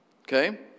Okay